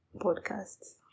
podcasts